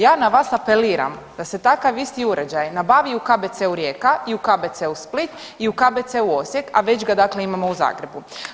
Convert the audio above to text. Ja na vas apeliram da se takav isti uređaj nabavi i u KBC-u Rijeka, i KBC-u Split i KBC-u Osijek, a već ga dakle imamo u Zagrebu.